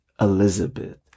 Elizabeth